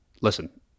listen